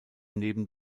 neben